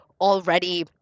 already